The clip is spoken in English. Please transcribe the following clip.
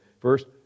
First